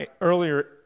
earlier